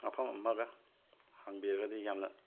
ꯃꯐꯝ ꯑꯃꯒ ꯍꯥꯡꯕꯤꯔꯒꯗꯤ ꯌꯥꯝꯅ